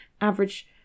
average